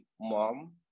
mom